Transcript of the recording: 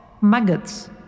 maggots